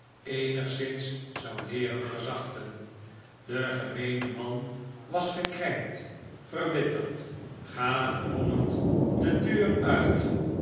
eenigszins zou leeren verzachten de gemeene man was gekrenkt verbitterd gaat brommend de deur uit